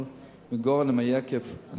מן הגורן ומן היקב,